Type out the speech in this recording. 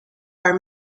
are